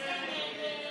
ההסתייגות (4)